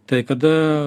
tai kada